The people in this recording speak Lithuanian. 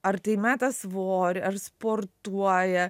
ar tai meta svorį ar sportuoja